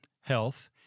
health